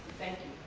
thank you.